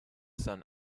sun